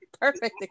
Perfect